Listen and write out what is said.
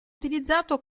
utilizzato